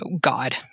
God